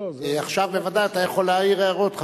עכשיו אתה יכול להעיר הערות,